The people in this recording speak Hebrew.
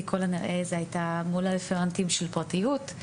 כי זה היה מול הרפרנטים של פרטיות,